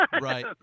Right